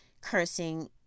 cursing